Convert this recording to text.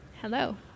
Hello